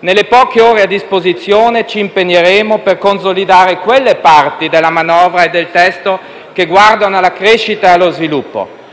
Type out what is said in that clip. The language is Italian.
Nelle poche ore a disposizione, ci impegneremo per consolidare quelle parti della manovra e del testo che guardano alla crescita e allo sviluppo.